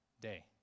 day